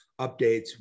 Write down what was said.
updates